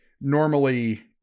normally